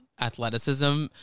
athleticism